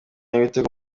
y’ibitego